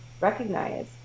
recognize